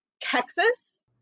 Texas